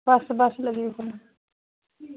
बस बस